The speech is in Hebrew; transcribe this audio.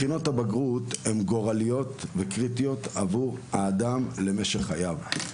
בחינות הבגרות הן גורליות וקריטיות עבור האדם למשך חייו.